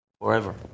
forever